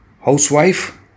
housewife